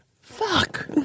Fuck